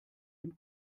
dem